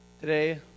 Today